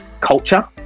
culture